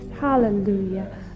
Hallelujah